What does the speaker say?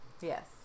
Yes